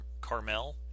Carmel